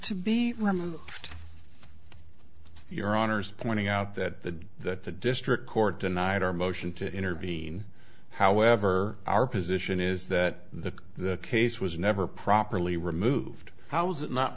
to be women your honour's pointing out that that the district court denied our motion to intervene however our position is that the case was never properly removed how was it not